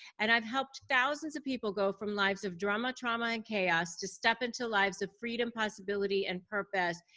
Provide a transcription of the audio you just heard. and i've helped thousands of people go from lives of drama, trauma, and chaos to step into lives of freedom, possibility, and purpose.